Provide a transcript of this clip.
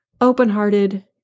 open-hearted